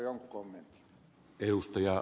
arvoisa puhemies